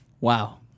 Wow